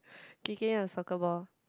kicking ah soccer ball